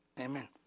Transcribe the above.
Amen